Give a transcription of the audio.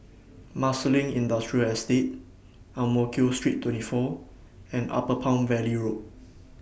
Marsiling Industrial Estate Ang Mo Kio Street twenty four and Upper Palm Valley Road